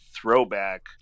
throwback